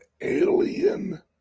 alien